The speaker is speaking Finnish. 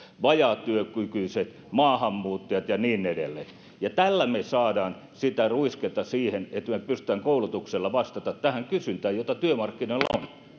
vajaatyökykyiset maahanmuuttajat ja niin edelleen tällä me saamme sitä ruisketta siihen että me pystymme koulutuksella vastaamaan siihen kysyntään jota työmarkkinoilla